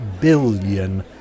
billion